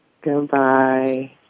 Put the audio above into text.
Goodbye